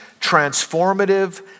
transformative